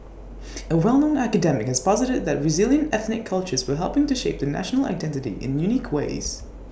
A well known academic has posited that resilient ethnic cultures were helping to shape the national identity in unique ways